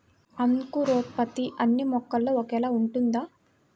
అంకురోత్పత్తి అన్నీ మొక్కల్లో ఒకేలా ఉంటుందా?